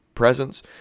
Presence